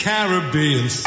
Caribbean